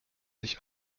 sich